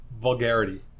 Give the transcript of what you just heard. vulgarity